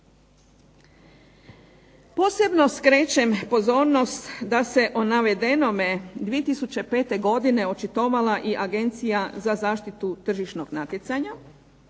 Posebno skrećem pozornost da se o navedenome 2005. godine očitovala i Agencija za zaštitu tržišnog natjecanja